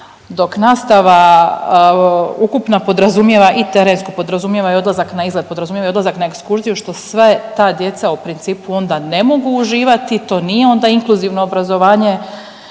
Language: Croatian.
dok nastava ukupna podrazumijeva i terensku, podrazumijeva i odlazak na izlet, podrazumijeva i odlazak na ekskurziju što sve ta djeca u principu onda ne mogu uživati, to nije onda inkluzivno obrazovanje